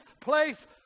place